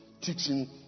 teaching